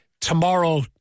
tomorrow